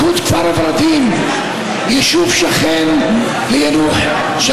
קחו את כפר ורדים, יישוב שכן ליאנוח-ג'ת.